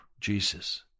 Jesus